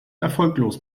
erfolglos